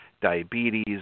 diabetes